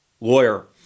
lawyer